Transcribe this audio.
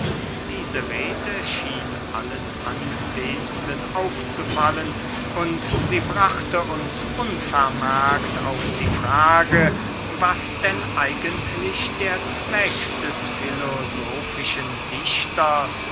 diese rede schien allen anwesenden aufzufallen und sie brachte uns unvermerkt auf die frage was denn eigentlich der zweck des filosofischen dichters